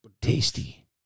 Tasty